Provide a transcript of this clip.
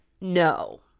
No